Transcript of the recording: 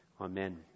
Amen